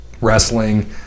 wrestling